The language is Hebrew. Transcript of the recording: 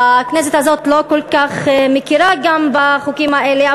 הכנסת הזאת לא כל כך מכירה גם בחוקים האלה,